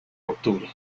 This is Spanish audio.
octubre